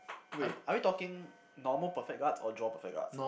wait are we talking normal perfect guards or draw perfect guards